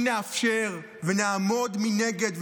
אם נאפשר ונעמוד מנגד,